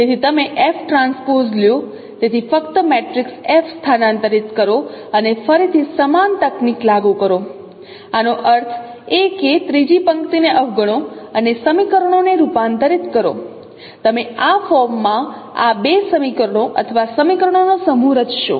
તેથી તમે FT લો તેથી ફક્ત મેટ્રિક્સ એફ સ્થાનાંતરિત કરો અને ફરીથી સમાન તકનીક લાગુ કરો આનો અર્થ એ કે ત્રીજી પંક્તિને અવગણો અને સમીકરણોને રૂપાંતરિત કરો તમે આ ફોર્મમાં આ બે સમીકરણો અથવા સમીકરણોનો સમૂહ રચશો